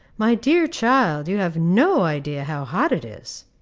my dear child, you have no idea how hot it is!